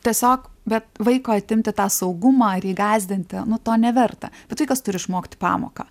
tiesiog bet vaiko atimti tą saugumą ir jį gąsdinti nu to neverta bet vaikas turi išmokti pamoką